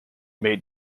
made